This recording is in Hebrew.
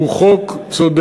היא הצעת חוק צודקת.